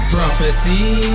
Prophecy